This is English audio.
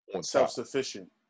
self-sufficient